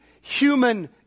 human